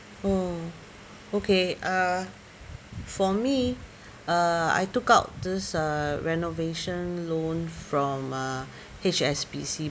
oh okay uh for me uh I took out this uh renovation loan from uh H_S_B_C